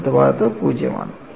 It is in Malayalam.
വലതുഭാഗത്ത് 0 ആണ്